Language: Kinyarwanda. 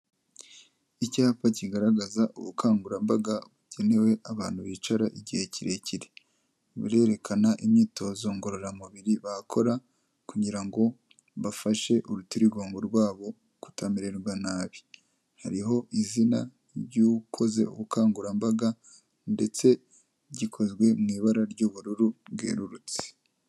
Icyapa kigaragaza ubukangurambaga bugenewe abantu bicara igihe kirekire. Burerekana imyitozo ngororamubiri bakora kugira ngo bafashe urutirigongo rwabo, kutamererwa nabi. Hariho izina ry'ukozeze ubukangurambaga ndetse gikozwe mu ibara ry'ubururu bwerurutse.